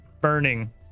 burning